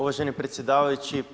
Uvaženi predsjedavajući.